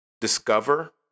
Discover